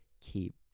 Keep